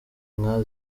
nka